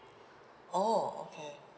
oh okay